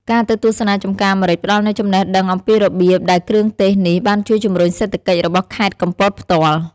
ការទៅទស្សនាចម្ការម្រេច ផ្តល់នូវចំណេះដឹងអំពីរបៀបដែលគ្រឿងទេសនេះ បានជួយជំរុញសេដ្ឋកិច្ចរបស់ខេត្តកំពតផ្ទាល់។